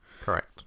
correct